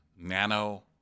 nano